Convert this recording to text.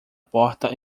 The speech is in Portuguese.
porta